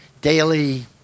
daily